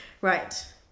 Right